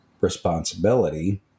responsibility